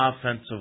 offensive